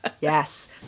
yes